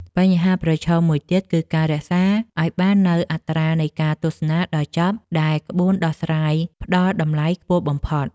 បញ្ហាប្រឈមមួយទៀតគឺការរក្សាឱ្យបាននូវ អត្រានៃការទស្សនាដល់ចប់ ដែលក្បួនដោះស្រាយផ្ដល់តម្លៃខ្ពស់បំផុត។